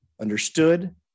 understood